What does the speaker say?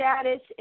status